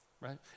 right